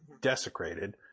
desecrated